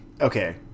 Okay